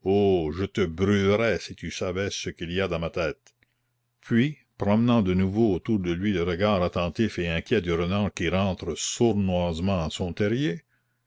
je te brûlerais si tu savais ce qu'il y a dans ma tête puis promenant de nouveau autour de lui le regard attentif et inquiet du renard qui rentre sournoisement à son terrier